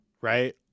right